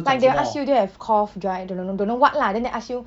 like they will ask you do you have cough dry don't know don't know [what] lah then they ask you